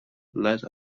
let